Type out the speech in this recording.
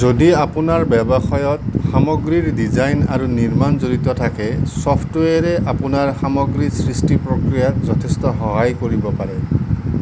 যদি আপোনাৰ ব্যৱসায়ত সামগ্ৰীৰ ডিজাইন আৰু নিৰ্মাণ জড়িত থাকে চফটৱেৰে আপোনাৰ সামগ্ৰী সৃষ্টি প্ৰক্ৰিয়াত যথেষ্ট সহায় কৰিব পাৰে